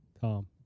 Tom